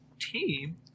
team